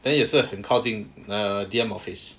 then 也是很靠近 err D_M office